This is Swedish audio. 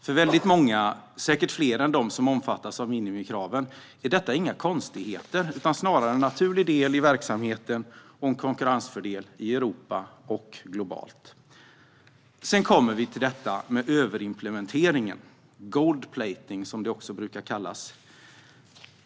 För väldigt många, säkert fler än de som omfattas av minikraven, är detta inga konstigheter utan snarare en naturlig del i verksamheten och en konkurrensfördel i Europa och globalt. Sedan kommer vi till detta med överimplementering, eller gold-plating som det också brukar kallas.